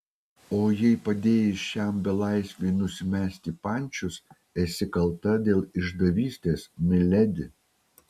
o jei padėjai šiam belaisviui nusimesti pančius esi kalta dėl išdavystės miledi